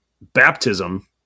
baptism